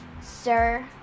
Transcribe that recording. Sir